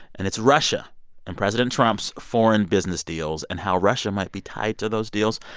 and it's russia and president trump's foreign business deals and how russia might be tied to those deals.